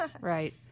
Right